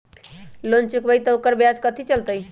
Loan चुकबई त ओकर ब्याज कथि चलतई?